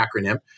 acronym